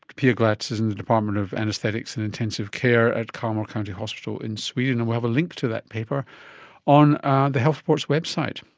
pia glatz is in the department of anaesthetics and intensive care at kalmar county hospital in sweden, and we'll have a link to that paper on the health report's website.